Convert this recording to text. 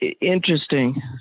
interesting